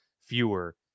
fewer